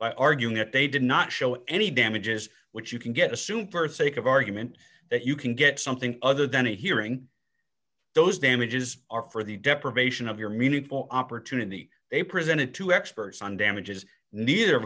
by arguing that they did not show any damages which you can get assume st sake of argument that you can get something other than a hearing those damages are for the deprivation of your meaningful opportunity they presented to experts on damages neither